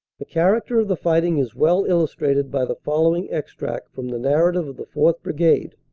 the character of the fighting is well illustrated by the following extract from the narrative of the fourth. brigade,